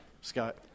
Scott